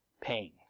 pain